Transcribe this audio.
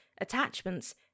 attachments